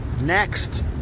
Next